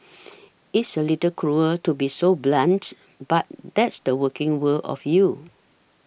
it's a little cruel to be so blunt but that's the working world of you